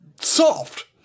soft